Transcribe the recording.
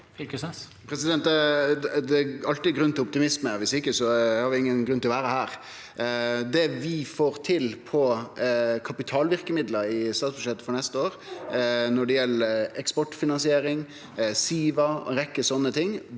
Det er all- tid grunn til optimisme, viss ikkje har vi ingen grunn til å vere her. Det vi får til av kapitalverkemiddel i statsbudsjettet for neste år når det gjeld eksportfinansiering, Siva og ei rekkje slike ting,